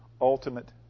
ultimate